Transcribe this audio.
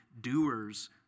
doers